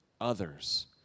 others